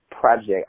project